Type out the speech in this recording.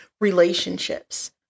relationships